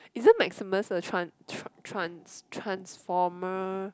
isn't Maximus a tran~ tr~ trans~ transformer